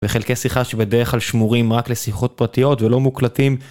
וחלקי שיחה שבדרך כלל שמורים רק לשיחות פרטיות ולא מוקלטים.